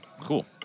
cool